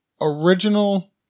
original